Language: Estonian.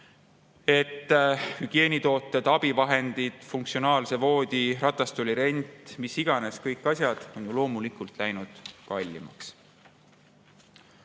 et hügieenitooted, abivahendid, funktsionaalse voodi või ratastooli rent, mis iganes – kõik asjad on loomulikult läinud kallimaks.